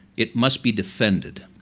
it must be defended.